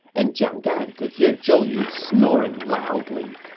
and jiang gan could hear zhou yu snoring loudly.